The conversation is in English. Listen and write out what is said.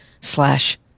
slash